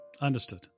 Understood